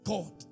God